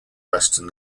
western